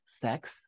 sex